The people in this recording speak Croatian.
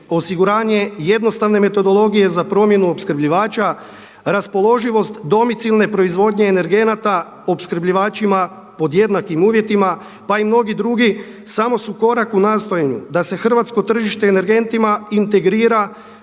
osiguranje jednostavne metodologije za promjenu opskrbljivača, raspoloživost domicilne proizvodnje energenata opskrbljivačima pod jednakim uvjetima pa i mnogi drugi samo su korak u nastojanju da se hrvatsko tržište energentima integrira